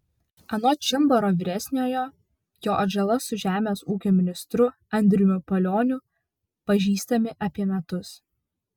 anot čimbaro vyresniojo jo atžala su žemės ūkio ministru andriumi palioniu pažįstami apie metus